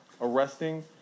arresting